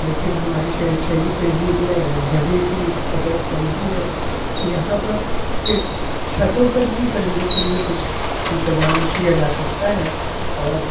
لیکن ہماری شہری تہذیب میں جگہ کی اس قدر تنگی ہے کہ یہاں پر صرف چھتوں پر ہی پرندوں کے لیے کچھ انتظام کیا جا سکتا ہے اور